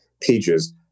pages